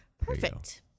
perfect